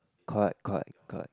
correct correct correct